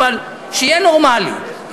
אבל שיהיה נורמלי.